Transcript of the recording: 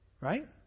Right